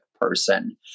person